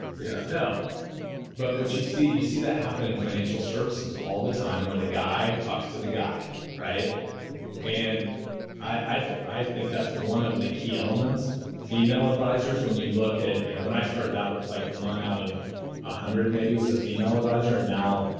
yeah no. but what you see, you see that happen in financial services all the time where the guy talks to the guy and i think that's one of the key elements female advisors when you look at you know when i started out, it was like one out of one ah hundred maybe was a female advisor. and now,